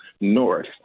North